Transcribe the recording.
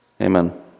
Amen